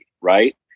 right